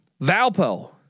Valpo